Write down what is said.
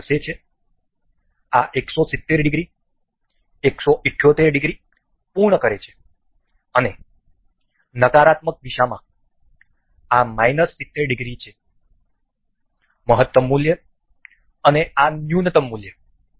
આ ખસે છે આ 170 ડિગ્રી 178 ડિગ્રી પૂર્ણ કરે છે અને નકારાત્મક દિશામાં આ માઈનસ 70 ડિગ્રી છે મહત્તમ મૂલ્ય અને આ ન્યૂનતમ મૂલ્ય